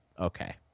okay